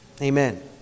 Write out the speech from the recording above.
Amen